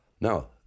Now